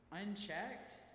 unchecked